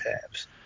tabs